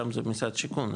שם זה משרד השיכון,